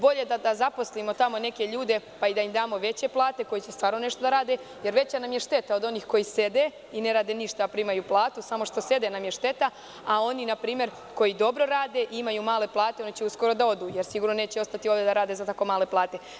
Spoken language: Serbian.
Bolje da zaposlimo tamo neke ljude, pa i da im damo veće plate, koji će stvarno nešto da rade, jer veća nam je šteta od onih koji sede i ne rade ništa, a primaju platu, samo što sede nam je šteta, a oni npr. koji dobro rade i imaju male plate, oni će uskoro da odu, jer sigurno neće ostati ovde da rade za tako male plate.